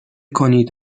کنید